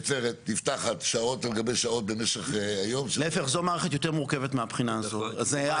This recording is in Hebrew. להפך, זאת מערכת יותר מורכבת מהבחינה הזאת.